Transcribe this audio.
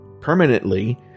permanently